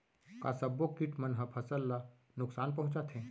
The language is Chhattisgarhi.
का सब्बो किट मन ह फसल ला नुकसान पहुंचाथे?